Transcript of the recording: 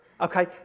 Okay